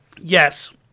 yes